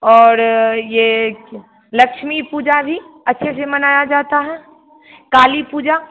और ये लक्ष्मी पूजा भी अच्छे से मनाया जाता है काली पूजा